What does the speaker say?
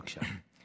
בבקשה.